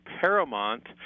paramount